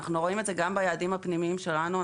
אנחנו רואים את זה גם ביעדים הפנימיים שלנו.